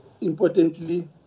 importantly